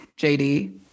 JD